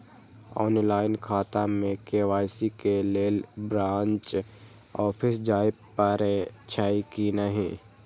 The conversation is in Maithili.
ऑनलाईन खाता में के.वाई.सी के लेल ब्रांच ऑफिस जाय परेछै कि नहिं?